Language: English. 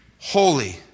holy